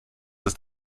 ist